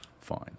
Fine